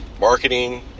marketing